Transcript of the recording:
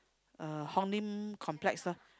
uh Hong-Lim-Complex loh